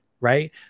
right